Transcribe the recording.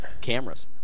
cameras